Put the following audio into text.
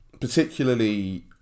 particularly